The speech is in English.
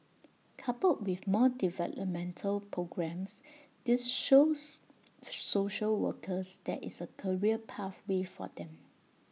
coupled with more developmental programmes this shows social workers there is A career pathway for them